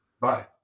Bye